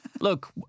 Look